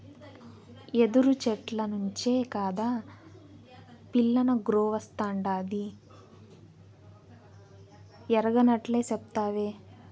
యెదురు చెట్ల నుంచే కాదా పిల్లనగ్రోవస్తాండాది ఎరగనట్లే సెప్తావే